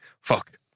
fuck